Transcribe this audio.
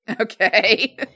Okay